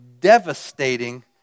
devastating